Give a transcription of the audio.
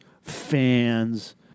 fans